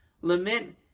Lament